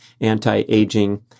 anti-aging